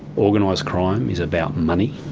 organised crime is about money.